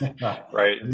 right